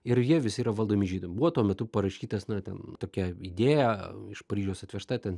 ir jie visi yra valdomi žydų buvo tuo metu parašytas na ten tokia idėja iš paryžiaus atvežta ten